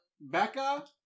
Becca